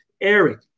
Eric